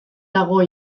dago